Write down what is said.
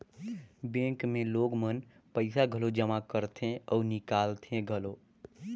bank मे लोग मन पइसा घलो जमा करथे अउ निकालथें घलो